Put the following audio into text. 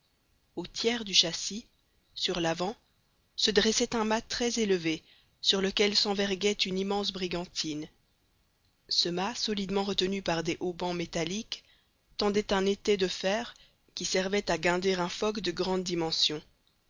au tiers du châssis sur l'avant se dressait un mât très élevé sur lequel s'enverguait une immense brigantine ce mât solidement retenu par des haubans métalliques tendait un étai de fer qui servait à guinder un foc de grande dimension